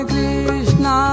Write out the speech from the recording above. Krishna